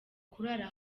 kurara